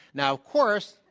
now, of course,